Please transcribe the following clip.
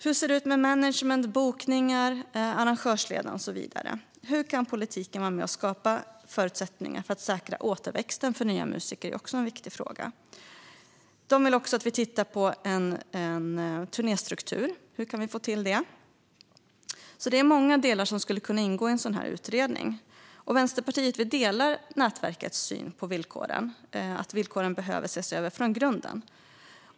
Hur ser det ut med management, bokningar, arrangörsleden och så vidare? Hur kan politiken vara med och skapa förutsättningar för att säkra återväxten när det gäller nya musiker? Det är också en viktig fråga. Nätverket vill också att vi tittar på hur vi kan få till en turnéstruktur. Det är alltså många delar som skulle kunna ingå i en sådan här utredning. Vänsterpartiet delar nätverkets syn på att villkoren behöver ses över från grunden.